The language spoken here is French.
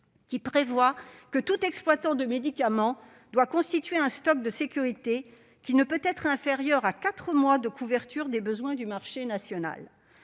prévoient que tout exploitant de médicament doit constituer un stock de sécurité ne pouvant être inférieur à quatre mois de couverture des besoins du marché national.